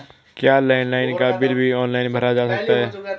क्या लैंडलाइन का बिल भी ऑनलाइन भरा जा सकता है?